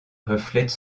reflètent